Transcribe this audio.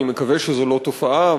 אני מקווה שזאת לא תופעה,